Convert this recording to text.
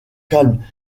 calme